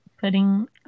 Putting